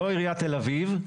לא עיריית תל אביב,